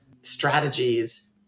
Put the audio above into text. strategies